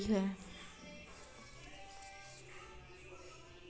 non beneficiary को amount transfer करने के लिए आई.एफ.एस.सी कोड भरना जरूरी है